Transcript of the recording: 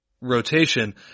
rotation